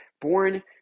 born